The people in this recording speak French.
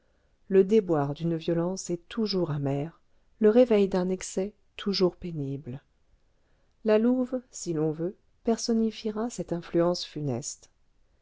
le déboire d'une violence est toujours amer le réveil d'un excès toujours pénible la louve si l'on veut personnifiera cette influence funeste